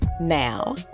now